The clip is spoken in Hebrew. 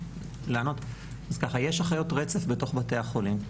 יש אחיות רצף בתוך בתי החולים.